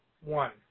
one